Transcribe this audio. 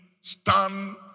Stand